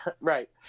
right